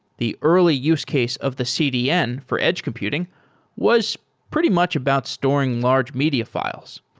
the early use case of the cdn for edge computing was pretty much about storing large media fi les,